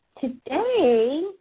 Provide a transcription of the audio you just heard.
today